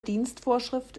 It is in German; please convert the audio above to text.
dienstvorschrift